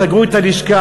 סגרו את הלשכה.